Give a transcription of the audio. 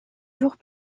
jours